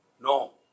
No